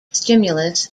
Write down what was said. stimulus